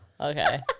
Okay